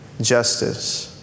justice